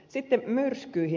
sitten myrskyihin